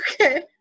okay